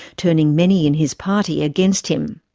turning many in his party against him.